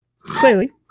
Clearly